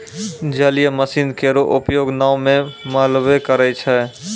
जलीय मसीन केरो उपयोग नाव म मल्हबे करै छै?